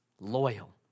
Loyal